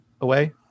away